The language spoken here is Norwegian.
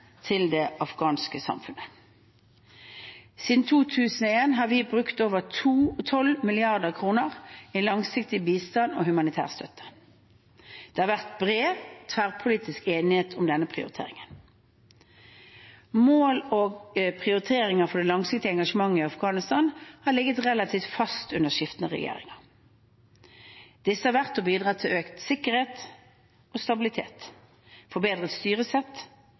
det afghanske samfunnet. Siden 2001 har vi brukt over 12 mrd. kr i langsiktig bistand og humanitær støtte. Det har vært bred, tverrpolitisk enighet om denne prioriteringen. Mål og prioriteringer for det langsiktige engasjementet i Afghanistan har ligget relativt fast under skiftende regjeringer. Disse har vært å bidra til økt sikkerhet og stabilitet, forbedret styresett